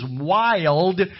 wild